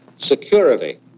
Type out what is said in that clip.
security